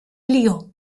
lió